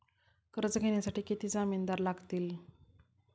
कर्ज घेण्यासाठी किती जामिनदार लागतील?